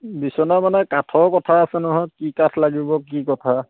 বিছনা মানে কাঠৰ কথা আছে নহয় কি কাঠ লাগিব কি কথা